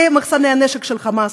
במחסני הנשק של חמאס.